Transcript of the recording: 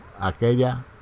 Aquella